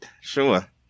Sure